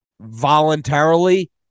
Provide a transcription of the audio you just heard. voluntarily